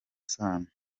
sano